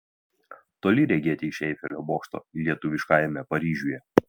toli regėti iš eifelio bokšto lietuviškajame paryžiuje